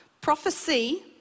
prophecy